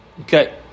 Okay